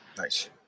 nice